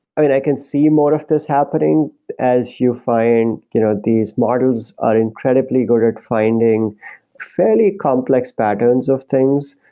i can see more of this happening as you find you know these models are incredibly good at finding fairly complex patterns of things.